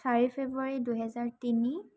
চাৰি ফেব্ৰুৱাৰী দুহেজাৰ তিনি